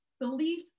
Belief